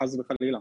חס וחלילה.